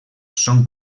són